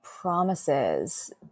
promises